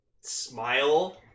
smile